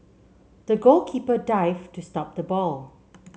the goalkeeper dived to stop the ball